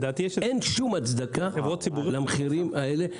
אין שום הצדקה למחירים האלה,